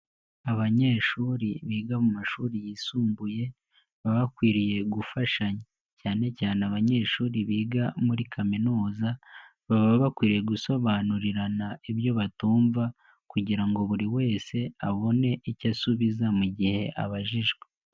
Abanyeshuri biga mu mashuri yisumbuye baba bakwiriye gufashanya, cyane cyane abanyeshuri biga muri kaminuza, baba bakwiriye gusobanurirana ibyo batumva kugira ngo buri wese abone icyo asubiza mu gihe abajijwe.